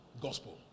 Gospel